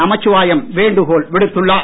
நமசிவாயம் வேண்டுகோள் விடுத்துள்ளார்